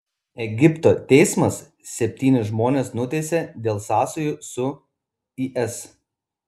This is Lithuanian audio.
egipto teismas septynis žmones nuteisė dėl sąsajų su is